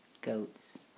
goats